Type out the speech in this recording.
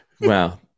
Wow